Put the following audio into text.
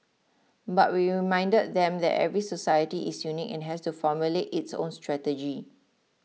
but we reminded them that every society is unique and has to formulate its own strategy